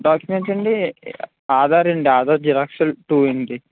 డాక్యుమెంట్సా అండి ఆధార్ అండి ఆధార్ జిరాక్స్లు టు అండి